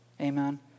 Amen